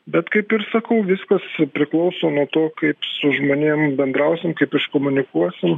bet kaip ir sakau viskas priklauso nuo to kaip su žmonėm bendrausim kaip iškomunikuosim